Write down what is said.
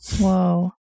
Whoa